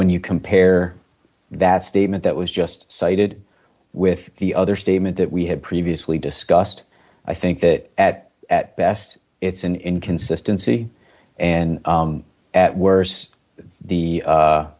when you compare that statement that was just cited with the other statement that we had previously discussed i think that at at best it's an inconsistency and at worst the